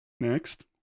Next